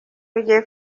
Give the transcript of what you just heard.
bigiye